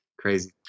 Crazy